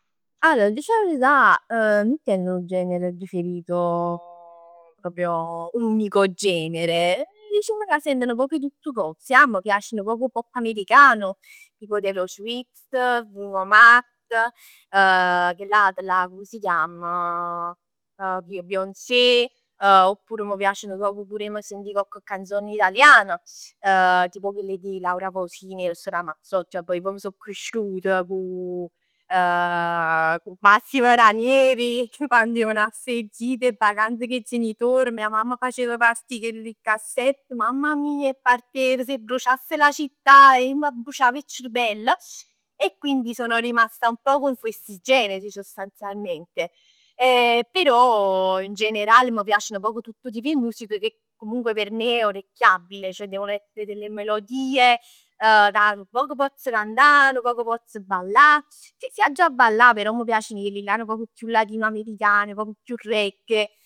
Allor t'aggia dicere 'a verità nun teng nu genere preferito proprio unico genere. Dicimm ca sento nu poc 'e tutt cose ja, m' piace nu poc 'o pop americano tipo Taylor Swift, Bruno Mars, chellata là, comm s' chiamm? Beyoncé, oppur m' piace nu poc pur e m'sentì cocche canzone italiana, tipo chell di Laura Pausini e Eros Ramazzotti, vabbuò io poi so cresciuta cu Massimo Ranieri, quann jeven 'a fa 'e gite, 'e vacanze cu 'e genitori. Mia mamma facev partì chelli cassett, mamma mij. E partev "Se bruciasse la città" e ij m'abbruciav 'e cerevell. E quindi sono rimasta un pò con questi generi sostanzialmente. E però in generale m' piac nu poc tutto 'o tipo 'e musica che comunque per me è orecchiabile. Ceh devono essere delle melodie, ca nu poc pozz cantà, ca nu poc pozz ballà. Se aggia ballà però m' piaceno chellillà nu poco chiù latino americane, nu poc chiù raggae.